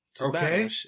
Okay